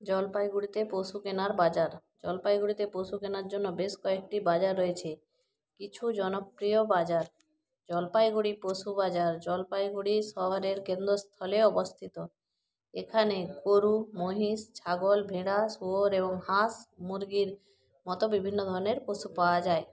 জলপাইগুড়িতে পশু কেনার বাজার জলপাইগুড়িতে পশু কেনার জন্য বেশ কয়েকটি বাজার রয়েছে কিছু জনপ্রিয় বাজার জলপাইগুড়ি পশু বাজার জলপাইগুড়ি শহরের কেন্দ্রস্থলে অবস্থিত এখানে গরু মহিষ ছাগল ভেড়া শুয়োর এবং হাঁস মুরগির মতো বিভিন্ন ধরনের পশু পাওয়া যায়